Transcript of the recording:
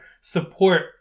support